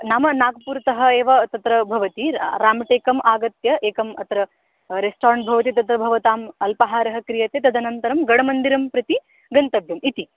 नाम नाग्पुर् तः एव तत्र भवति रामटेकम् आगत्य एकम् अत्र रेस्टरेण्ट् भवति तत्र भवताम् अल्पाहारः क्रियते तदनन्तरं गडमन्दिरं प्रति गन्तव्यम् इति